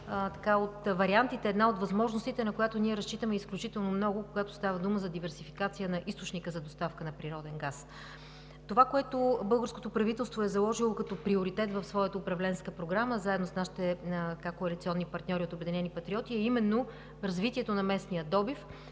от вариантите, от възможностите, на която ние разчитаме изключително много, когато става дума за диверсификация на източника за доставка на природен газ. Това, което българското правителство е заложило като приоритет в своята управленска програма, заедно с нашите коалиционни партньори от „Обединени патриоти“, е именно развитието на местния добив,